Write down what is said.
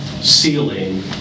ceiling